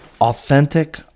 authentic